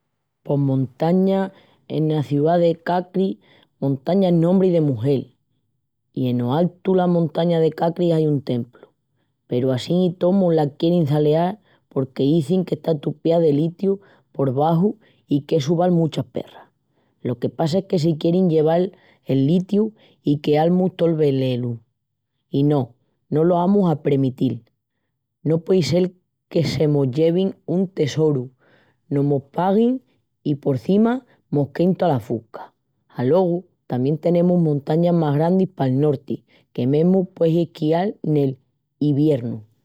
Pos Montaña, ena ciá de Caçris, Montáña es nombri de mugel. I eno altu la montaña de Caçris ai un templu. Peru assín i tó, mo-la quierin çaleal porque izin qu'está tupía de litiu por baxu i qu'essu val muchas perras. Lo que passa es que se quierin lleval el litiu i queal-mus tol velenu. I no, no lo amus a premitil. No puei sel que se mos llevin un tesoru, no mos paguin i porcima mos quein tola fusca. Alogu tamién tenemus montañas más grandis pal norti que mesmu pueis esquial nel iviernu.